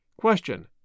Question